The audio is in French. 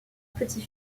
petit